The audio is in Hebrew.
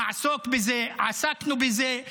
נעסוק בזה, עסקנו בזה,